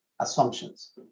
assumptions